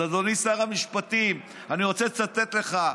אז אדוני שר המשפטים, אני רוצה לצטט לך.